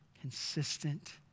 consistent